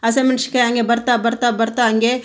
ಹಸಿಮೆಣ್ಶಿಕಾಯಿ ಹಾಗೆ ಬರ್ತಾ ಬರ್ತಾ ಬರ್ತಾ ಹಾಗೆ